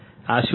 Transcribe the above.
આ શું છે